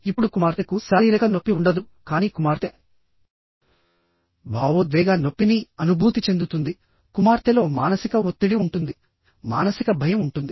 ఇప్పుడు కుమార్తెకు శారీరక నొప్పి ఉండదు కానీ కుమార్తె భావోద్వేగ నొప్పిని అనుభూతి చెందుతుంది కుమార్తెలో మానసిక ఒత్తిడి ఉంటుంది మానసిక భయం ఉంటుంది